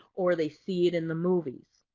or they see it in the movies.